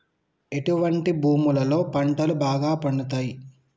ఎటువంటి భూములలో పంటలు బాగా పండుతయ్?